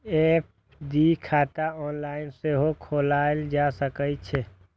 FD खाता online सेहो खोलाएल जा सकै छै